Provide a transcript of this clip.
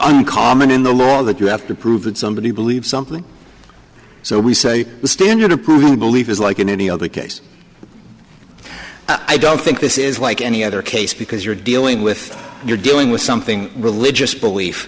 uncommon in the law that you have to prove that somebody believes something so we say the standard of belief is like in any other case i don't think this is like any other case because you're dealing with you're dealing with something religious belief